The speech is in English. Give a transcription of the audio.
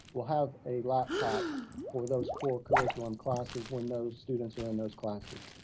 will have a laptop for those core curriculum classes when those students are in those classes.